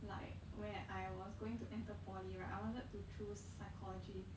like when I was going to enter poly right I wanted to choose psychology